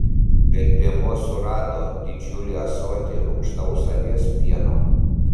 bet piemuo surado didžiulį ąsotį rūgštaus avies pieno